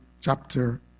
chapter